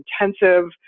intensive